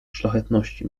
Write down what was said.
szlachetności